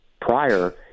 prior